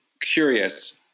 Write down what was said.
curious